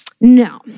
No